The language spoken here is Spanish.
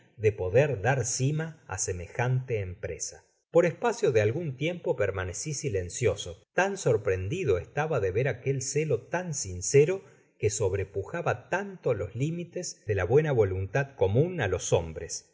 de poder dar cima á semejante empresa por espacio de algun tiempo permanecí silencioso tan sorprendido estaba de ver aquel celo tan sincero que so repujaba tanto los límites de la buena voluntad comun á los hombres